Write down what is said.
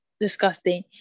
disgusting